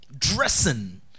Dressing